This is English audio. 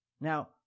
Now